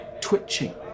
twitching